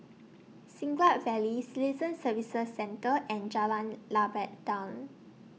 Siglap Valley Citizen Services Centre and Jalan Lebat Daun